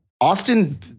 often